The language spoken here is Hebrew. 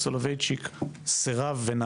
למה?